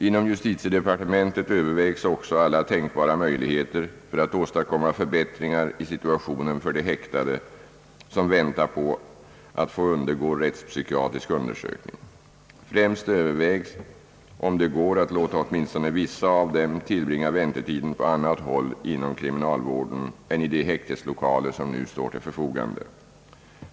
Inom justitiedepartementet övervägs också alla tänkbara möjligheter för att åstadkomma förbättringar i situationen för de häktade, som väntar på att få undergå rättspsykiatrisk undersökning. Främst övervägs om det går att låta åtminstone vissa av dem tillbringa väntetiden på annat håll inom kriminalvården än i de häkteslokaler som nu står till förfogande.